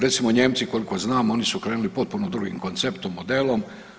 Recimo Nijemci koliko znam oni su krenuli potpuno drugim konceptom, modelom.